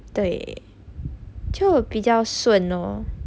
对就比较顺咯